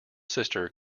sister